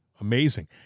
Amazing